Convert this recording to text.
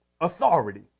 authority